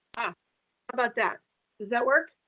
ah about that does that work,